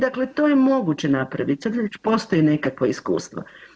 Dakle, to je moguće napravit, sad već postoje nekakva iskustva.